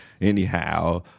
Anyhow